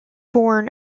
born